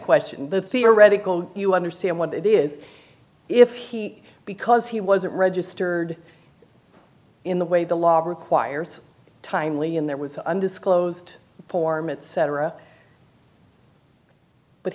question the theoretical you understand what it is if he because he wasn't registered in the way the law requires timely and there was undisclosed poorman cetera but